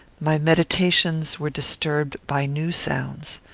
my meditations were disturbed by new sounds.